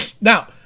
Now